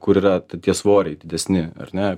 kur yra tie svoriai didesni ar ne